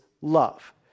love